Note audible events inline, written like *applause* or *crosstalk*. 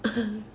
*laughs*